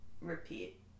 repeat